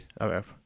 Okay